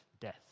death